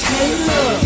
Taylor